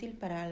para